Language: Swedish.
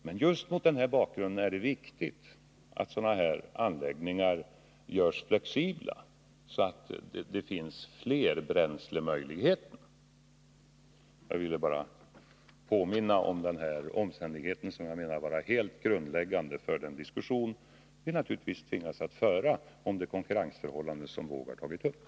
Men just mot den bakgrunden är det viktigt att anläggningarna görs flexibla, så att det finns flerbränslemöjligheter. Jag ville bara påminna om denna omständighet, som enligt min mening är helt grundläggande för den diskussion om konkurrensförhållandet som Nils Erik Wååg tog upp och som vi naturligtvis kommer att tvingas föra.